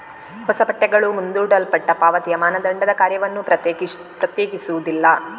ಹೊಸ ಪಠ್ಯಗಳು ಮುಂದೂಡಲ್ಪಟ್ಟ ಪಾವತಿಯ ಮಾನದಂಡದ ಕಾರ್ಯವನ್ನು ಪ್ರತ್ಯೇಕಿಸುವುದಿಲ್ಲ